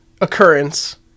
occurrence